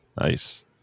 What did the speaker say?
Nice